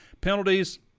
Penalties